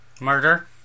Murder